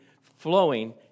flowing